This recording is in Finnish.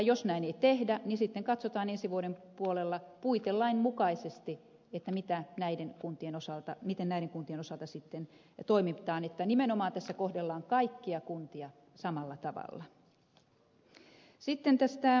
jos näin ei tehdä niin sitten katsotaan ensi vuoden puolella puitelain mukaisesti mitä mitä näiden kuntien osalta miten näiden kuntien osalta sitten toimitaan että nimenomaan tässä kohdellaan kaikkia kuntia samalla tavalla